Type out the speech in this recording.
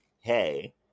hey